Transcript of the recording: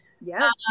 Yes